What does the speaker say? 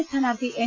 A സ്ഥാനാർത്ഥി N